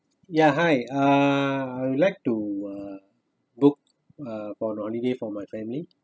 ya hi uh I would like to uh book uh for holiday for my family